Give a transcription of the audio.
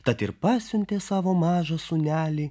tad ir pasiuntė savo mažą sūnelį